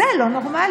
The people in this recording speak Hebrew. זה לא נורמלי.